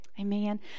Amen